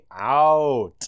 out